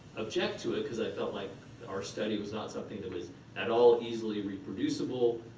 object to it because i felt like our study was not something that was at all easily reproducible,